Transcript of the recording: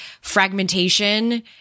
fragmentation